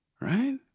right